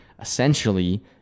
essentially